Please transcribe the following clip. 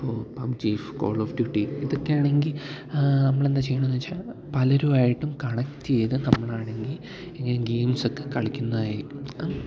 അപ്പോള് PUBG call of duty ഇതക്കെയാണെങ്കില് നമ്മളെന്താ ചെയ്യുന്നതെന്നുവച്ചാല് പലരുമായിട്ടും കണക്റ്റ് ചെയ്ത് നമ്മളാണെങ്കില് ഇങ്ങനെ ഗെയിംസൊക്കെ കളിക്കുന്നതായിരിക്കും